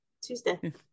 tuesday